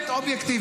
מה זה אובייקטיבי?